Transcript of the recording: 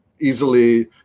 easily